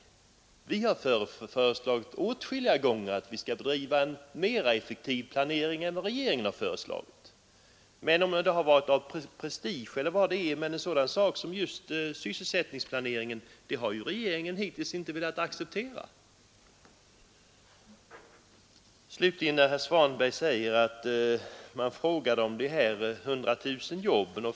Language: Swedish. Tvärtom har vi åtskilliga gånger föreslagit en mera effektiv planering än vad regeringen velat gå med på. Men av prestigeskäl — eller andra skäl, vilka de nu kan ha varit — har regeringen inte velat acceptera tanken på en sysselsättningsplanering. Slutligen sade herr Svanberg att man inte fick något besked, när man frågade om de 100 000 jobben.